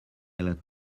let